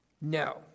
No